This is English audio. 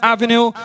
Avenue